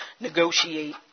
negotiate